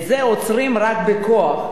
את זה עוצרים רק בכוח,